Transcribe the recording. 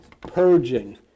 purging